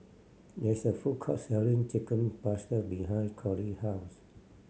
there is a food court selling Chicken Pasta behind Colie house